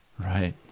Right